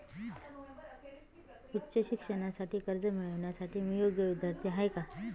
उच्च शिक्षणासाठी कर्ज मिळविण्यासाठी मी योग्य विद्यार्थी आहे का?